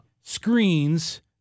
screens